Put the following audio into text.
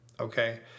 Okay